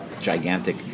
gigantic